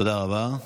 תודה רבה.